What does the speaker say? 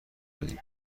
بدیم